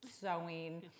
sewing